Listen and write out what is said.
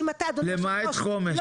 היא פשוטה מאוד,